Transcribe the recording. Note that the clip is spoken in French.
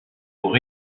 pour